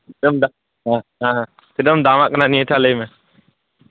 ᱪᱮᱫ ᱠᱟᱢ ᱦᱮᱸ ᱦᱮᱸ ᱛᱤᱱᱟᱹᱜ ᱮᱢ ᱫᱟᱢ ᱟᱜ ᱠᱟᱱᱟ ᱱᱤᱭᱟᱹ ᱴᱟᱜ ᱞᱟᱹᱭ ᱢᱮ